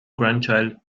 grandchild